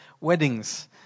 weddings